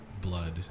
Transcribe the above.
blood